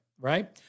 right